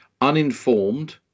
uninformed